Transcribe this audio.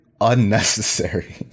unnecessary